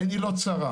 עיני לא צרה.